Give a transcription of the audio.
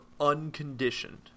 unconditioned